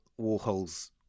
Warhol's